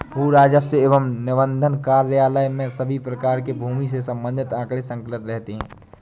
भू राजस्व एवं निबंधन कार्यालय में सभी प्रकार के भूमि से संबंधित आंकड़े संकलित रहते हैं